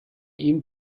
ihm